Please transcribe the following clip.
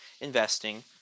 investing